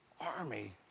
army